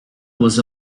was